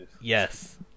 Yes